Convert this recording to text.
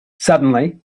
suddenly